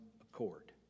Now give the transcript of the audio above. accord